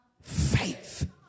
Faith